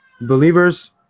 Believers